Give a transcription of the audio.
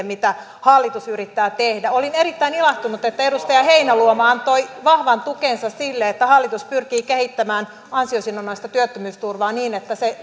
mitä hallitus yrittää tehdä olin erittäin ilahtunut että edustaja heinäluoma antoi vahvan tukensa sille että hallitus pyrkii kehittämään ansiosidonnaista työttömyysturvaa niin että se